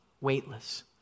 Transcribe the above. weightless